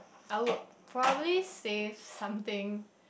I would probably save something